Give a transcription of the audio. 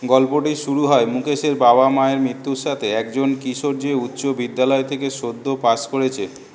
গল্পটি শুরু হয় মুকেশের বাবা মায়ের মৃত্যুর সাথে একজন কিশোর যে উচ্চ বিদ্যালয় থেকে সদ্য পাশ করেছে